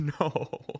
no